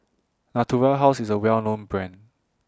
Natura House IS A Well known Brand